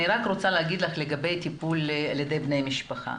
אני רוצה לומר לך לגבי טיפול על ידי בני משפחה.